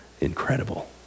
Incredible